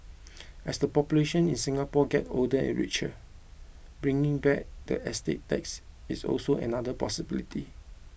as the population in Singapore get older and richer bringing back the estate tax is also another possibility